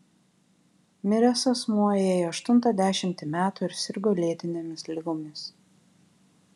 miręs asmuo ėjo aštuntą dešimtį metų ir sirgo lėtinėmis ligomis